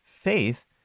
Faith